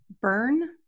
burn